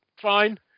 fine